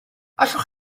allwch